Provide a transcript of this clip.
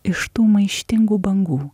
iš tų maištingų bangų